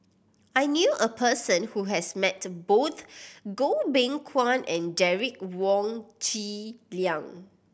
I knew a person who has met both Goh Beng Kwan and Derek Wong Zi Liang